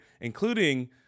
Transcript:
including